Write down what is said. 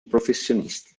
professionisti